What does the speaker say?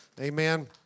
Amen